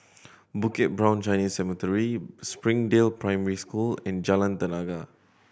Bukit Brown Chinese Cemetery Springdale Primary School and Jalan Tenaga